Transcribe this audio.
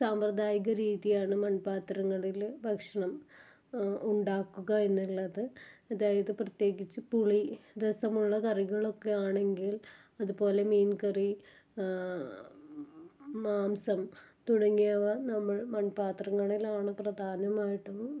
സാമ്പ്രദായിക രീതിയാണ് മൺപാത്രങ്ങളില് ഭക്ഷണം ഉണ്ടാക്കുക എന്നുള്ളത് അതായത് പ്രത്യേകിച്ച് പുളി രസമുള്ള കറികളൊക്കെയാണെങ്കിൽ അതുപോലെ മീൻകറി മാംസം തുടങ്ങിയവ നമ്മൾ മൺപാത്രങ്ങളിലാണ് പ്രധാനമായിട്ടും